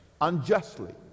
unjustly